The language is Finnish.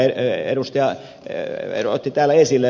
rossi otti täällä esille